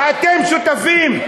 ואתם שותפים.